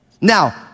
Now